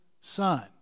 son